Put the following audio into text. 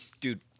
Dude